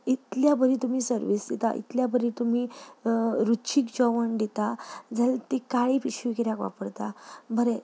इतल्या बरी तुमी सर्वीस दिता इतल्या बरी तुमी रुचीक जेवण दिता जाल्यार ती काळी पिशवी कित्याक वापरता बरें